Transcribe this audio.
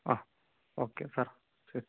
ആ okay sir ശരി